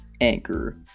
Anchor